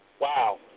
Wow